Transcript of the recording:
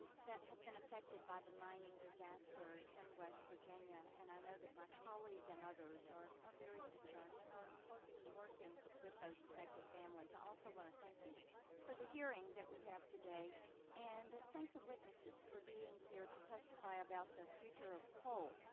that have been affected by the mining disaster in west virginia. and i know my colleague and others are are very concerned and are closely working with those affected families. i also want to thank you for the hearing that we have today and thank the witnesses for being here to testify about the future of coal.